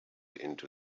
into